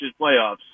playoffs